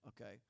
okay